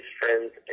friends